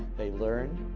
they learned.